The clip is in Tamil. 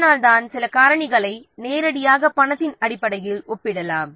அதனால்தான் சில காரணிகளை நேரடியாக பணத்தின் அடிப்படையில் ஒப்பிடலாம்